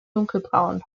dunkelbraun